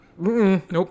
Nope